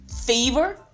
Fever